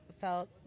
felt